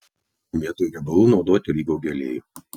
vietoj riebalų naudoti alyvuogių aliejų